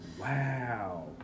Wow